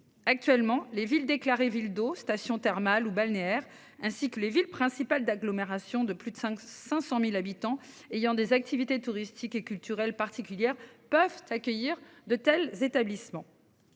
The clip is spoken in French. actuellement les villes déclarées ville station thermale ou balnéaire ainsi que les villes principales d'agglomérations de plus de 5 500.000 habitants ayant des activités touristiques et culturelles particulières peuvent accueillir de tels établissements.